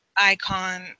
Icon